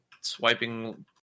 swiping